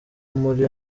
muri